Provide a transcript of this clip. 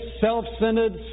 self-centered